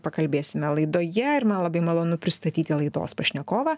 pakalbėsime laidoje ir man labai malonu pristatyti laidos pašnekovą